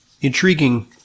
intriguing